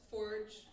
Forge